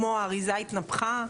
כמו אריזה התנפחה,